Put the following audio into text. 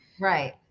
Right